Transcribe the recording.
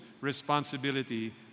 responsibility